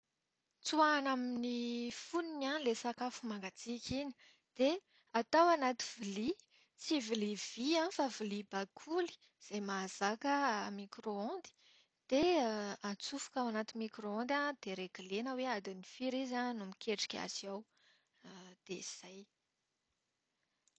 Tsoahana amin'ny fonony ilay sakafo mangatsiaka iny. Dia atao anaty vilia. Tsy vilia vy an, fa vilia bakoly izay mahazaka micro-ondes, dia atsofoka ao anaty micro-ondes dia regle-na hoe adiny firy izy an no miketrika azy ao. Dia izay.